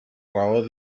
raó